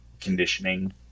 conditioning